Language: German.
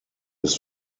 ist